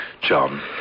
John